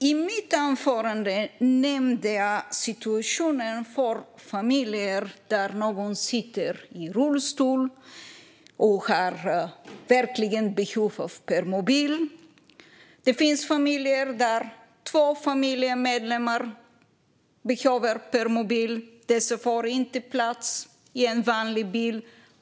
I mitt anförande nämnde jag situationen för familjer där någon sitter i rullstol och verkligen har behov av permobil. Det finns familjer där två familjemedlemmar behöver permobiler. Dessa får inte plats i en vanlig bil.